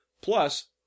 plus